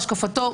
השקפתו,